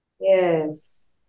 Yes